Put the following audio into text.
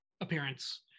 appearance